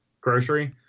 grocery